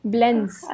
Blends